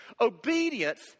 Obedience